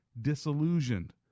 disillusioned